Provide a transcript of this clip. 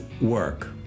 work